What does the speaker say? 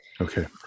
Okay